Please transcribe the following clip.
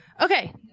Okay